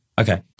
Okay